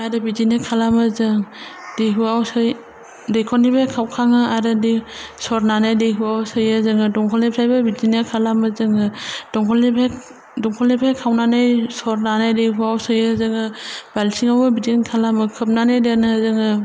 आरो बिदिनो खालामो जों दैहुआव सोयो दैखरनिफ्राय खावखाङो आरो दै सरनानै दैहुआव सोयो जोङो दंखलनिफ्रायबो बिदिनो खालामो जोङो दंखलनिफ्राय दंखलनिफ्राय खावनानै सरनानै दैहुआव सोयो जोङो बालथिङावबो बिदिनो खालामो खोबनानै दोनो जोङो